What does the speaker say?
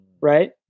Right